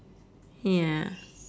ya